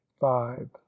five